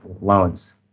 loans